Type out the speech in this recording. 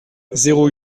zéro